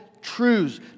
truths